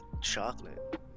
chocolate